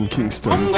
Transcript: Kingston